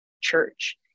church